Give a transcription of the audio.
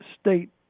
state